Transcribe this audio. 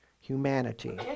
humanity